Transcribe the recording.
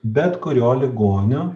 bet kurio ligonio